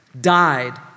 died